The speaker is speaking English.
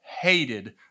hated